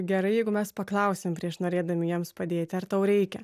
gerai jeigu mes paklausiam prieš norėdami jiems padėti ar tau reikia